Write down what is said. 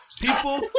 People